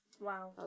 Wow